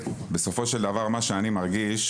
בסופו של דבר מה שאני מרגיש,